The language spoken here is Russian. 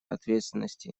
ответственности